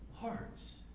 hearts